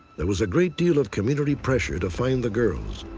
there was a great deal of community pressure to find the girls.